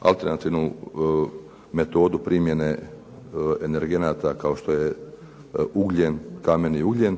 alternativnu metodu primjene energenata kao što je ugljen, kamen i ugljen,